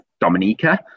dominica